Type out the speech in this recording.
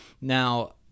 Now